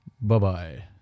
bye-bye